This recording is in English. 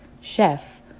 Chef